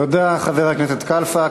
תודה, חבר הכנסת קלפה.